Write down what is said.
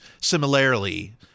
similarly